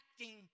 acting